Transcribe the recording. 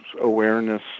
awareness